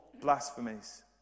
blasphemies